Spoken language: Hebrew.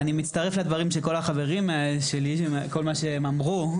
לכל הדברים של החברים שלי, כל מה שהם אמרו.